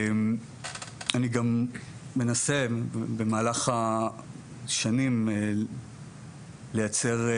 אני גם מנסה, במהלך השנים, לייצר,